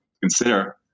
consider